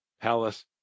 palace